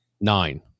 Nine